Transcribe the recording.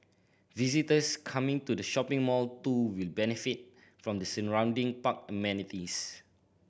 visitors coming to the shopping mall too will benefit from the surrounding park amenities